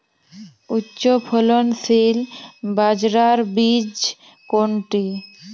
উচ্চফলনশীল বাজরার বীজ কোনটি?